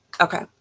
Okay